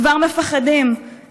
כבר מפחדים,